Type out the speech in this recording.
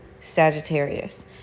Sagittarius